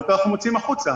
ואותו אנחנו מוציאים החוצה.